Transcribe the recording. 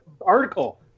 article